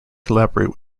collaborate